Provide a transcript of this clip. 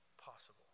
possible